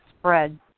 spread